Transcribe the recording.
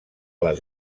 les